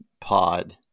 pod